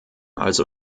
also